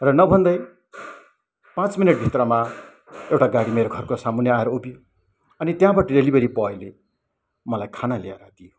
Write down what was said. र नभन्दै पाँच मिनटभित्रमा एउटा गाडी मेरो घरको सामुन्ने आएर उभियो अनि त्यहाँबाट डेलिभरी बोइले मलाई खाना ल्याएर दियो